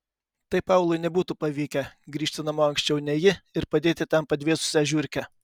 tai paului nebūtų pavykę grįžti namo anksčiau nei ji ir padėti ten padvėsusią žiurkę